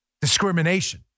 discrimination